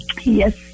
Yes